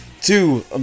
two